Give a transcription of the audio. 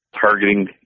targeting